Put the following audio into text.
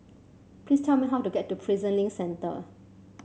please tell me how to get to Prison Link Centre